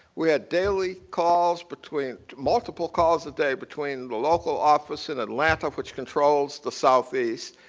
we had daily calls between multiple calls a day between the local office in atlanta, which controls the southeast,